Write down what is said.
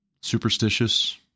superstitious